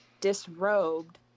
disrobed